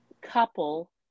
couple